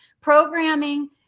Programming